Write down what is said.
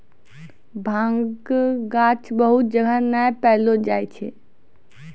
भांगक गाछ बहुत जगह नै पैलो जाय छै